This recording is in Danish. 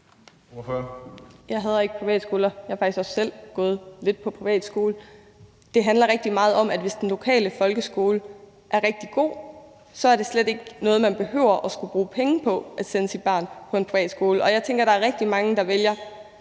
Jeg hader ikke privatskoler. Jeg har faktisk også selv gået lidt på privatskole. Det handler rigtig meget om, at hvis den lokale folkeskole er rigtig god, så er det slet ikke noget, man behøver at skulle bruge penge på, altså at sende sit barn på en privatskole. Og jeg tænker, at der er rigtig mange, der vælger